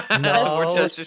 no